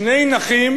שני נכים